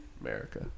America